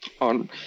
on